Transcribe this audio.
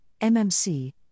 MMC